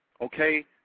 Okay